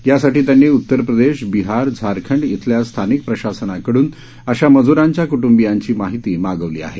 यासाठी त्यांनी उत्तर प्रदेश बिहार झारखंड इथल्या स्थानिक प्रशासनाकडून अशा मज्रांच्या क्टंबियांची माहिती मागवली आहे